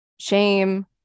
Shame